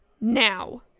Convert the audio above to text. Now